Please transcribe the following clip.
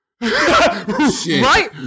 Right